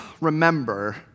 remember